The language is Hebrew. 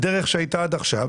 בדרך שהייתה עד עכשיו,